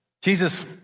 Jesus